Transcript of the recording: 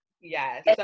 Yes